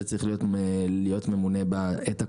שצריך להיות ממונה בעת הקרובה,